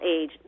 age